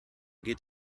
geht